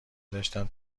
داشتم